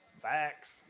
Facts